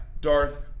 Darth